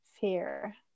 fear